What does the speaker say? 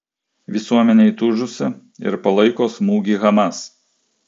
visuomenė įtūžusi ir palaiko smūgį hamas